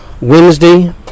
Wednesday